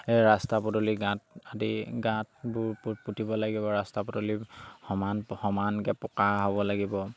এই ৰাস্তা পদূলি গাঁত আদি গাঁতবোৰ পু পুতিব লাগিব ৰাস্তা পদূলি সমান সমানকৈ পকা হ'ব লাগিব